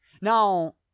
Now